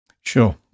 sure